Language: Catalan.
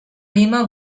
lima